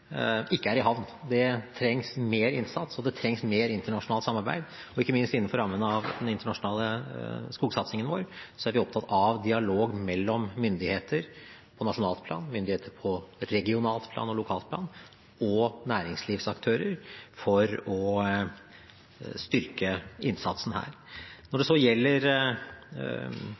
ikke er i havn. Det trengs mer innsats, og det trengs mer internasjonalt samarbeid. Ikke minst innenfor rammen av den internasjonale skogsatsingen vår er vi opptatt av dialog mellom myndigheter på nasjonalt plan, regionalt plan og lokalt plan og næringslivsaktører for å styrke innsatsen her. Når det så gjelder